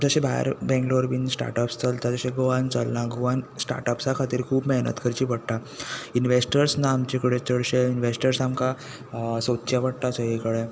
जशें भायर बेंगलोर बी स्टार्टअप्स चलता तशें गोवान चलना गोवान स्टार्टअप्सा खातीर खूब मेहनत करची पडटा इनवेस्टर्स ना आमचे कडेन चडशे इनवेस्टर आमकां सोदचे पडटा सगली कडेन